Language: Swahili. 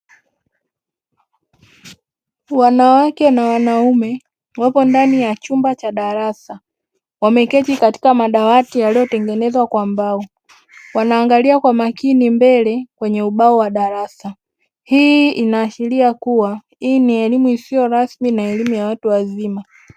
Wanawake na wanaume wapo ndani ya chumba cha darasa wameketi katika madawati yaliyotengenezwa kwa mbao, wanaangalia kwa makini mbele kwenye ubao wa darasa, hii inaashiria kuwa hii ni elimu isiyo rasmi na elimu ya watu wazima.